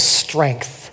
strength